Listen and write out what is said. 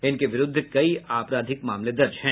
उनके विरूद्ध कई आपराधिक मामले दर्ज हैं